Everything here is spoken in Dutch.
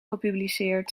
gepubliceerd